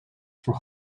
voor